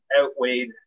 outweighed